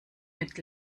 mit